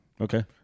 Okay